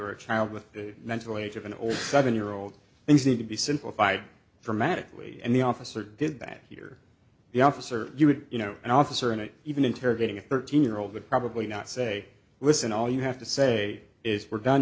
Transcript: or a child with a mental age of an old seven year old things need to be simplified dramatically and the officer did that you're the officer you would you know an officer and even interrogating a thirteen year old would probably not say listen all you have to say is we're done